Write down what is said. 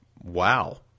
Wow